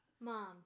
Mom